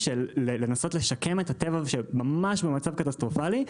של לנסות לשקם את הטבע שנמצא ממש במצב קטסטרופלי,